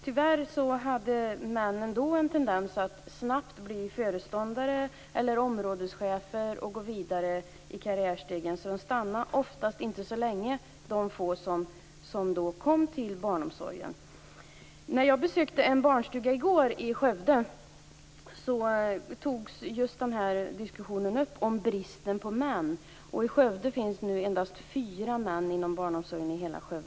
Tyvärr hade männen en tendens att snabbt bli föreståndare eller områdeschefer och gå vidare i karriärstegen. De få som kom till barnomsorgen stannade inte så länge. Jag besökte i går en barnstuga i Skövde. Där diskuterades just frågan om bristen på män. I Skövde finns numera endast fyra män inom barnomsorgen.